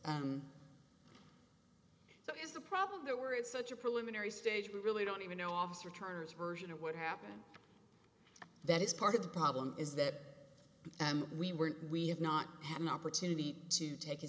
so is the problem that we're in such a preliminary stage we really don't even know officer turner's version of what happened that is part of the problem is that we were we have not had an opportunity to take